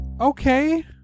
Okay